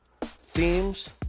themes